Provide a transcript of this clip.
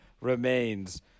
remains